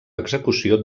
execució